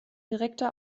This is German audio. direkter